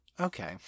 okay